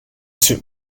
suit